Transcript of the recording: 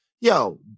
yo